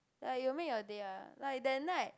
like it will make your day ah like that night